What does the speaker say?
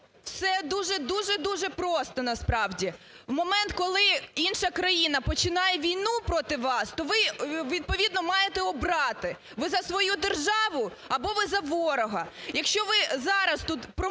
Все дуже, дуже, дуже просто насправді. В момент, коли інша країна починає війну проти вас, то ви відповідно маєте обрати: ви за свою державу або ви за ворога. Якщо ви зараз тут промоцію